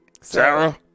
Sarah